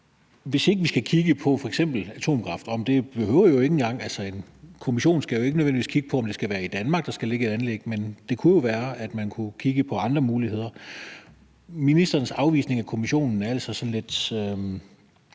vi ikke skulle kigge på f.eks. atomkraft; og en kommission skal jo ikke nødvendigvis kigge på, om det skal være i Danmark, der skal ligge et anlæg, men det kunne jo være, at man kunne kigge på andre muligheder. Ministerens afvisning af en kommission er altså sådan at